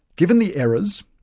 given the errors,